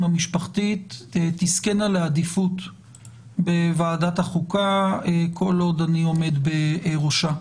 המשפחתית תזכינה לעדיפות בוועדת החוקה כל עוד אני עומד בראשה.